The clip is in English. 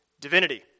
divinity